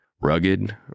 Rugged